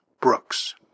Brooks